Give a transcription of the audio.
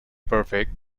perfect